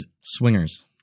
swingers